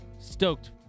stoked